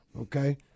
Okay